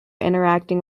interacting